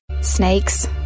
Snakes